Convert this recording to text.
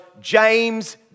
James